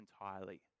entirely